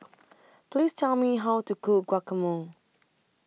Please Tell Me How to Cook Guacamole